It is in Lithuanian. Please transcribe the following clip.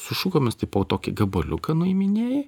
su šukomis tai po tokį gabaliuką nuiminėji